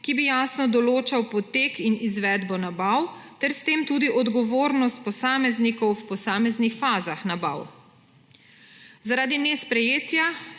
ki bi jasno določal potek in izvedbo nabav ter s tem tudi odgovornost posameznikov v posameznih fazah nabav. Zaradi nesprejetja